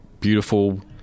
beautiful